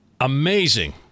Amazing